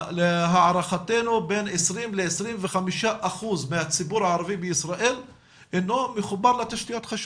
להערכתנו בין 20-25% מהציבור הערבי בישראל אינו מחובר לתשתיות חשמל,